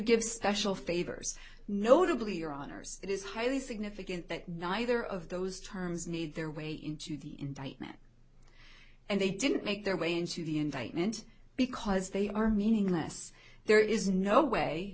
give special favors notably your honors it is highly significant that neither of those terms need their way into the indictment and they didn't make their way into the indictment because they are meaningless there is no way